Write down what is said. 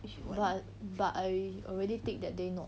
but but I already take that day know